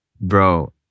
Bro